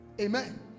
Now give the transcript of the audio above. Amen